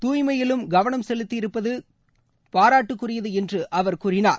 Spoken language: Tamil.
தூய்மையிலும் கவனம் செலுத்தியிருப்பது பாராட்டுக்குரியது என்று அவர் கூறினார்